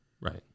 right